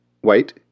white